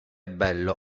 bello